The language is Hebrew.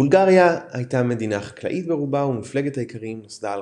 בולגריה הייתה מדינה חקלאית ברובה ומפלגת האיכרים נוסדה על